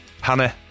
Hannah